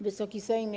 Wysoki Sejmie!